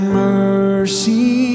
mercy